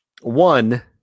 One